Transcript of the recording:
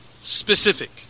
specific